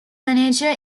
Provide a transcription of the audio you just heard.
manager